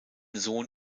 sohn